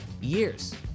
Years